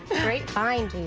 great find.